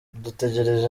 dutegereje